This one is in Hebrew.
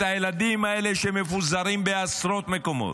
את הילדים האלה שמפוזרים בעשרות מקומות,